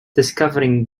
discovering